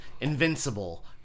invincible